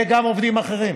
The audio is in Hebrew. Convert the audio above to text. וגם עובדים אחרים,